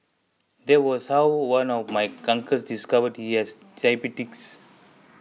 that was how one of my uncles discovered he has diabetes